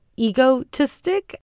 egotistic